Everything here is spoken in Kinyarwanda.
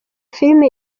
filime